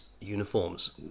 uniforms